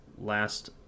last